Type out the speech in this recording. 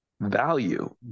value